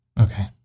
Okay